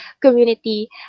community